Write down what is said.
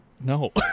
No